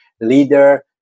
leader